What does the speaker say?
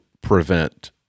prevent